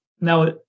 Now